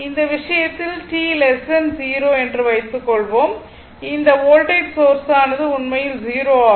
இந்த விஷயத்தில் t 0 என்று வைத்துக்கொள்வோம் இந்த வோல்டேஜ் சோர்ஸானது உண்மையில் 0 ஆகும்